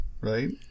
Right